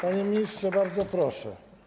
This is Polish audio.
Panie ministrze, bardzo proszę.